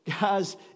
Guys